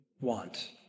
want